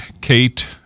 Kate